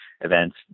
events